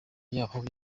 yaho